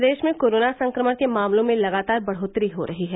प्रदेश में कोरोना संक्रमण के मामलों में लगातार बढ़ोत्तरी हो रही है